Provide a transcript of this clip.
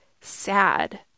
sad